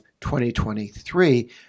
2023